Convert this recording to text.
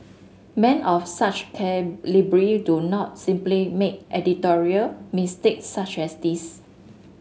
men of such calibre do not simply make editorial mistakes such as this